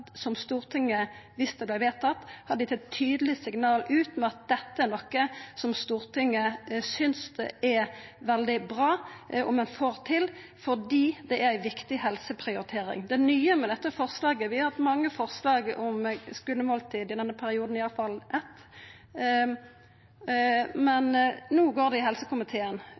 Stortinget, dersom det vart vedtatt, hadde gitt eit tydeleg signal ut om at dette er noko som Stortinget synest er veldig bra om ein fekk til, fordi det er ei viktig helseprioritering. Vi har hatt mange forslag om skulemåltid i denne perioden, i alle fall eitt, men det nye med dette forslaget er at det no ligg i helsekomiteen,